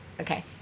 Okay